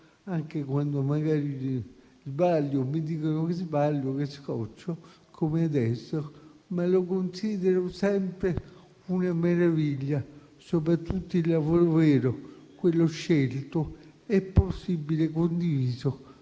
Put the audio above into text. anche quando magari sbaglio, quando mi dicono che sbaglio o che scoccio, come adesso. Lo considero sempre una meraviglia, soprattutto il lavoro vero, quello scelto, e possibilmente condiviso